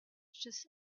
just